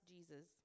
Jesus